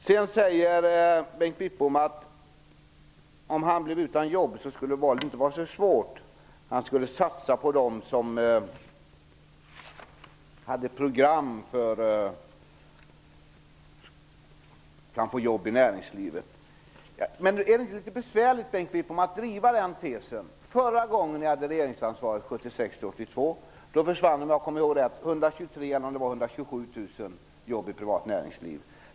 Bengt Wittbom sade att valet inte skulle vara så svårt om han blev utan jobb: han skulle satsa på dem som hade ett program för att skaffa jobb i näringslivet. Men är det inte besvärligt att driva den tesen, Bengt Wittbom? Förra gången som ni hade regeringsansvar, 1976-1982, försvann 123 000 eller om det var 127 000 jobb i det privata näringslivet.